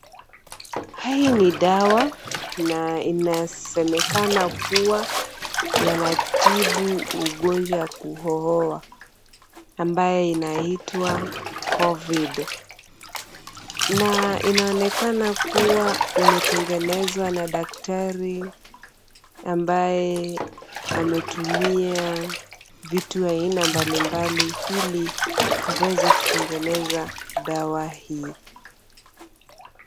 Hii ni dawa na inasemekana kuwa yanatibu ugonjwa wa kuhohoa ambaye inaitwa covid .Na inaonekana kuwa imetengenezwa na daktari ambaye ametumia vitu aina mbalimbali ili aweze kutengeneza dawa hii.